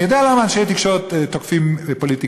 אני יודע למה אנשי תקשורת תוקפים פוליטיקאים,